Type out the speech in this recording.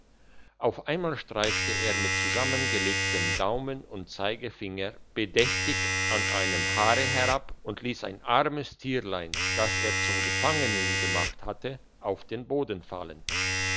auf einmal streifte er mit zusammengelegtem daumen und zeigefinger bedächtig an einem haare herab und liess ein armes tierlein das er zum gefangenen gemacht hatte auf den boden fallen